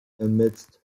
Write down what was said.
amidst